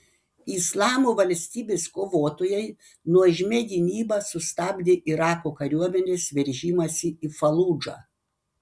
islamo valstybės kovotojai nuožmia gynyba sustabdė irako kariuomenės veržimąsi į faludžą